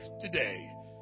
today